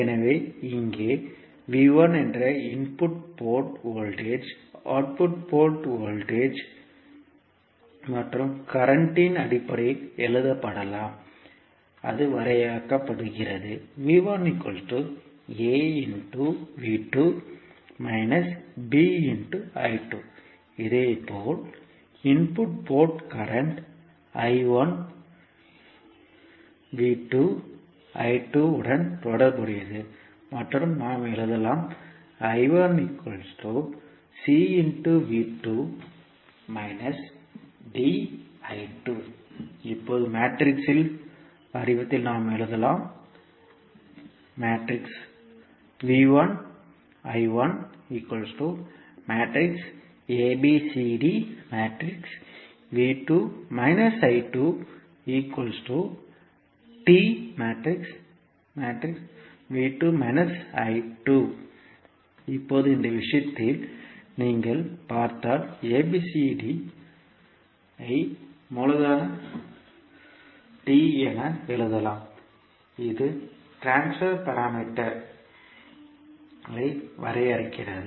எனவே இங்கே என்ற input port voltage output port voltage மற்றும் கரண்ட் இன் அடிப்படையில் எழுதப்படலாம் அது வரையறுக்கப்படுகிறது இதேபோல் இன்புட் போர்ட் கரண்ட் உடன் தொடர்புடையது மற்றும் நாம் எழுதலாம் இப்போது மேட்ரிக்ஸ் வடிவத்தில் நாம் எழுதலாம் இப்போது இந்த விஷயத்தில் நீங்கள் பார்த்தால் ABCD ஐ மூலதன T என எழுதலாம் இது ட்ரான்ஸ்பர் பாராமீட்டர் களை வரையறுக்கிறது